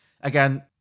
Again